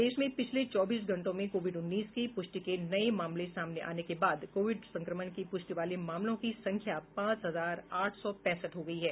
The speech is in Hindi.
देश में पिछले चौबीस घंटें में कोविड उन्नीस की प्रष्टि के नए मामले सामने आने के बाद कोविड संक्रमण की पुष्टि वाले मामलों की संख्या पांच हजार आठ सौ पैंसठ हो गई है